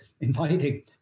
inviting